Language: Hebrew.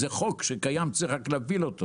זה חוק שקיים וצריך רק להפעיל אותו